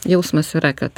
jausmas yra kad